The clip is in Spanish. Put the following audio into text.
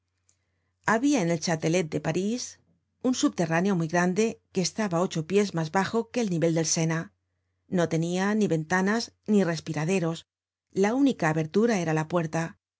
habia en el chatelet de parís un subterráneo muy grande que estaba ocho pies mas bajo que el nivel del sena no tenia ni ventanas ni respiraderos la única abertura era la puerta